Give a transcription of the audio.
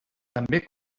també